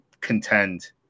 contend